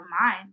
mind